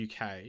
UK